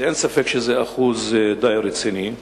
אין ספק שזה אחוז די רציני.